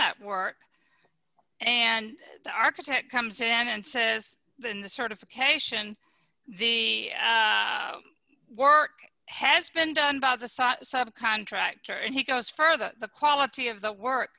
that work and the architect comes in and says that in the sort of cation the work has been done by the contractor and he goes further the quality of the work